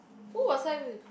who was I with